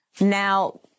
Now